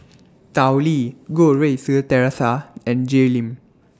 Tao Li Goh Rui Si Theresa and Jay Lim